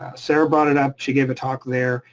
ah sarah brought it up, she gave a talk there,